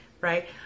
right